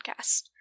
Podcast